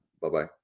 Bye-bye